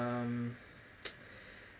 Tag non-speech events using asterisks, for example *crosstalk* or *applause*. um *noise*